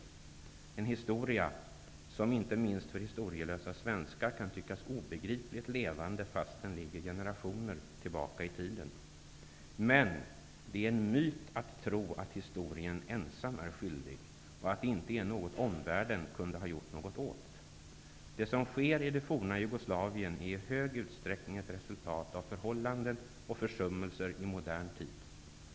Det är en historia som, inte minst för historielösa svenskar, kan tyckas obegripligt levande fast den ligger generationer tillbaka i tiden. Men, det är en myt att tro att historien är ensam skyldig och att omvärlden inte kunde ha gjort något åt den. Det som sker i det forna Jugoslavien är i hög utsträckning ett resultat av förhållanden och försummelser i modern tid.